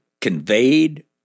conveyed